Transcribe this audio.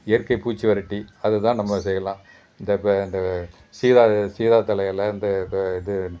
இயற்கை பூச்சி வெரட்டி அது தான் நம்ம செய்யலாம் இந்த இந்த சீரா சீரா தழை எலை இந்த இது